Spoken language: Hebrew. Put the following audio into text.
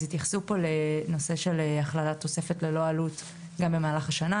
אז התייחסו פה לנושא של הכללת תוספת ללא עלות גם במהלך השנה.